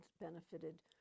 benefited